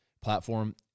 platform